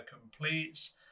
completes